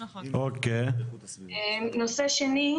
נושא שני,